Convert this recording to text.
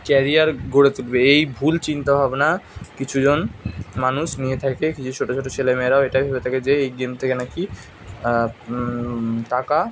career গড়ে তুলবে এই ভুল চিন্তা ভাবনা কিছুজন মানুষ নিয়ে থাকে কিছু ছোটো ছোটো ছেলে মেয়েরাও এটা ভেবে থাকে যে এই গেম থেকে নাকি থাকা